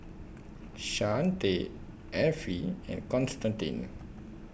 Shante Effie and Constantine